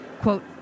quote